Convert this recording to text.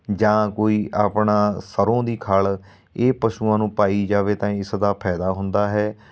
ਜਾਂ ਕੋਈ ਆਪਣਾ ਸਰ੍ਹੋਂ ਦੀ ਖਲ ਇਹ ਪਸ਼ੂਆਂ ਨੂੰ ਪਾਈ ਜਾਵੇ ਤਾਂ ਇਸਦਾ ਫਾਇਦਾ ਹੁੰਦਾ ਹੈ